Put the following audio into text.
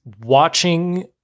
watching